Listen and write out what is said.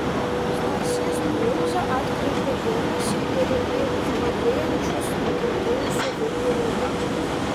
stasys brunza atkreipė dėmesį ir į blogėjančius nukentėjusių vaikų rodiklius